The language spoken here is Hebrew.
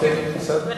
בסדר.